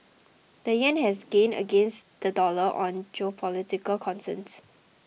the yen has gained against the dollar on geopolitical concerns